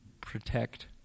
protect